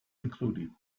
included